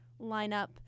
lineup